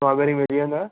strawberry मिली वेंदुव